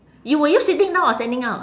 you were you sitting down or standing up